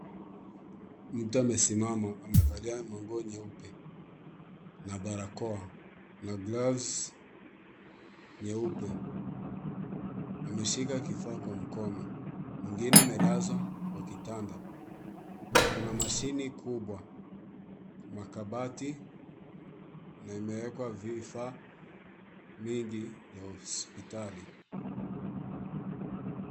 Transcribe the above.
Ni mtu amesimama, amevalia manguo nyeupe na barakoa na gloves nyeupe. Ameshika kifaa kwa mkono, mwingine amelazwa kwa kitanda. Kuna mashini kubwa, makabati na imewekwa vifaa mingi za hospitali.